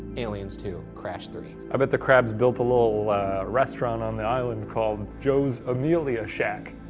aliens two, crash three. i bet the crabs built a little restaurant on the island called joe's amelia shack.